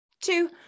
two